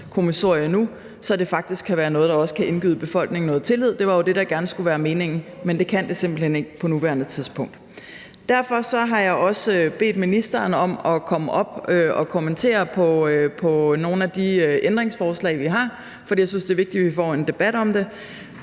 så det faktisk også kan være noget, der kan indgyde befolkningen noget tillid. Det var jo det, der gerne skulle være meningen, men det kan det simpelt hen ikke på nuværende tidspunkt. Derfor har jeg også bedt ministeren om at komme op og kommentere på nogle af de ændringsforslag, som vi har. For jeg synes, det er vigtigt, at vi får en debat om det.